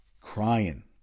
Crying